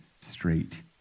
straight